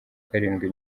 karindwi